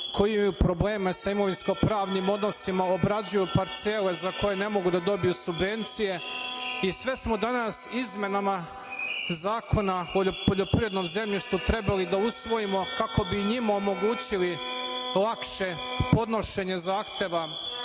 imaju probleme sa imovinsko-pravnim odnosima, obrađuju parcele za koje ne mogu da dobiju subvencije i sve smo danas izmenama Zakona o poljoprivrednom zemljištu trebali da usvojimo kako bi njima omogućili lakše podnošenje zahteva